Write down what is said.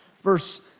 Verse